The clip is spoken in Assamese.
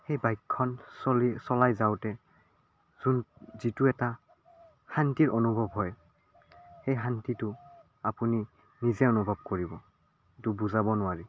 সেই বাইকখন চলি চলাই যাওঁতে যোন যিটো এটা শান্তিৰ অনুভৱ হয় সেই শান্তিটো আপুনি নিজেই অনুভৱ কৰিব সেইটো বুজাব নোৱাৰি